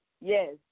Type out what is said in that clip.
Yes